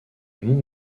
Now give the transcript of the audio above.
mont